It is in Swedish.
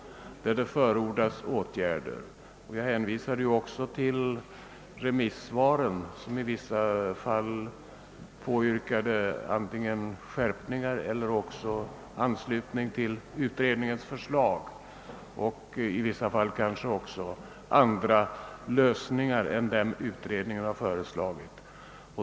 Jag hänvisade i mitt anförande på den punkten också till remissvaren, som i vissa fall påyrkade skärpningar eller anslöt sig till utredningens förslag och i vissa fall förordade andra lösningar än dem utredningen föreslagit.